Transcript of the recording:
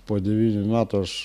po devynių metų aš